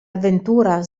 avventura